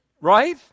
Right